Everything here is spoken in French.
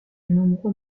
nombreux